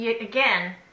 again